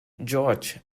george